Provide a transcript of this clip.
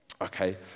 Okay